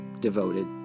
devoted